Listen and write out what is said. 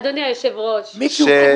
תמשיך.